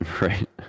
Right